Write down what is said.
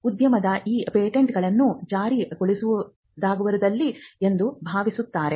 ಉದ್ಯಮವು ಈ ಪೇಟೆಂಟ್ಗಳನ್ನು ಜಾರಿಗೊಳಿಸಲಾಗುವುದಿಲ್ಲಎಂದು ಭಾವಿಸುತ್ತವೆ